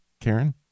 Karen